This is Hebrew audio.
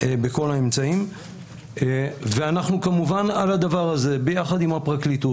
אנחנו כמובן על הדבר הזה ביחד עם הפרקליטות,